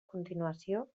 continuació